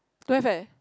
don't have eh